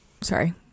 sorry